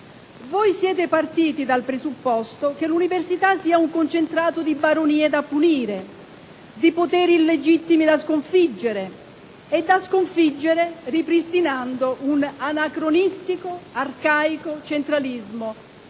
Voi siete partiti dal presupposto che l'università sia un concentrato di baronie da punire, di poteri illegittimi da sconfiggere, e da sconfiggere ripristinando un anacronistico e arcaico centralismo,